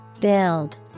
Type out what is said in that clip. Build